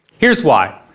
here's why.